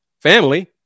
family